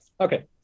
okay